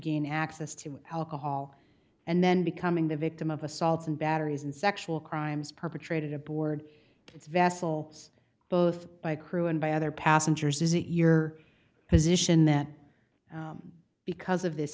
gain access to alcohol and then becoming the victim of assaults and batteries and sexual crimes perpetrated aboard its vessel both by crew and by other passengers is it your position that because of this